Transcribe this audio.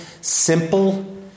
simple